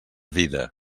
vida